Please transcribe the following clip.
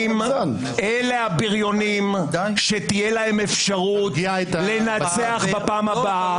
הבריונים שתהיה להם האפשרות לנצח בפעם הבאה.